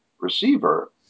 receiver